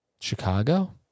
Chicago